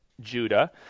Judah